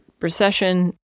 recession